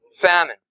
famine